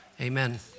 Amen